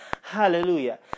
Hallelujah